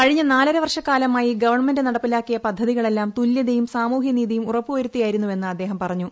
കഴിഞ്ഞ നാലരവർഷക്കാലമായി ഗവൺമെന്റ് നടപ്പിലാക്കിയ പദ്ധതികളെല്ലാം തുല്യതയും സാമൂഹ്യ നീതിയും ഉറപ്പുവരുത്തി യായിരുന്നുവെന്ന് അദ്ദേഹം പറഞ്ഞു